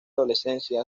adolescencia